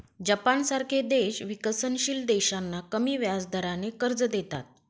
जपानसारखे देश विकसनशील देशांना कमी व्याजदराने कर्ज देतात